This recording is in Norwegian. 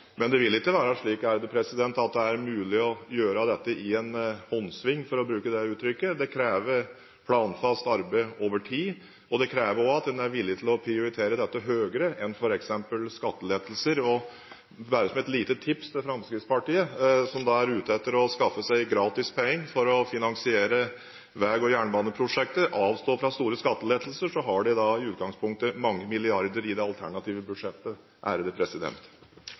Det vil ikke være slik at det er mulig å gjøre dette i en håndsving – for å bruke det uttrykket – det krever planfast arbeid over tid, og det krever også at en er villig til å prioritere dette høyere enn f.eks. skattelettelser. Bare som et lite tips til Fremskrittspartiet, som er ute etter å skaffe seg gratis penger for å finansiere vei- og jernbaneprosjekter: Avstå fra store skattelettelser, så har dere i utgangspunktet mange milliarder i det alternative budsjettet.